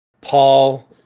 Paul